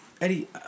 Eddie